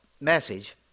message